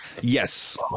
yes